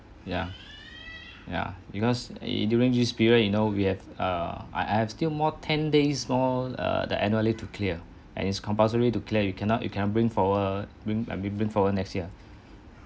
ya ya because during this period you know we have err I have still more ten days more err the annual leave to clear and it's compulsory to clear you cannot you cannot bring forward I mean bring forward next year